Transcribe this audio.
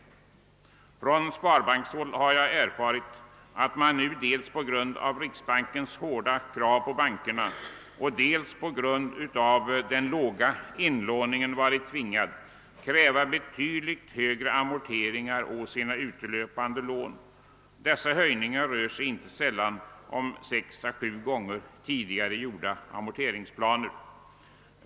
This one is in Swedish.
Jag har från sparbankshåll erfarit att man nu, dels på grund av riksbankens hårda krav på bankerna, dels på grund av den låga inlåningen varit tvingad att kräva betydligt högre amorteringar på sina utelöpande lån. Dessa höjningar rör sig inte sällan om sex å sju gånger tidigare uppgjorda amorteringsplaner.